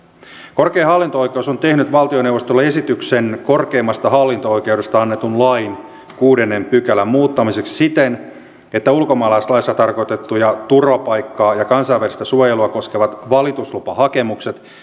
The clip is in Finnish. korkein hallinto oikeus on tehnyt valtioneuvostolle esityksen korkeimmasta hallinto oikeudesta annetun lain kuudennen pykälän muuttamiseksi siten että ulkomaalaislaissa tarkoitettua turvapaikkaa ja kansainvälistä suojelua koskevat valituslupahakemukset